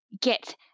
get